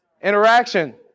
interaction